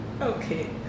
Okay